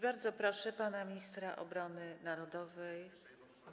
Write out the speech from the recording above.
Bardzo proszę pana ministra obrony narodowej.